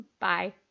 Bye